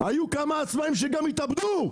היו כמה עצמאים שגם התאבדו.